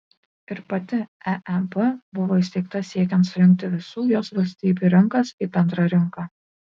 ir pati eeb buvo įsteigta siekiant sujungti visų jos valstybių rinkas į bendrą rinką